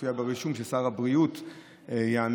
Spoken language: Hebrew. הופיע ברישום ששר הבריאות יענה,